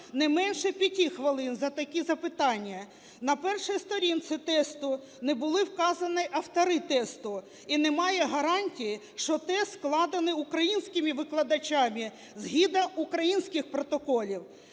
не менше 5 хвилин за такі запитання. На першій сторінці тесту не були вказані автори тесту, і немає гарантії, що тест складений українськими викладачами, згідно українських протоколів.